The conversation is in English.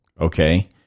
Okay